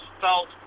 felt